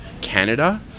Canada